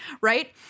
right